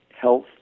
health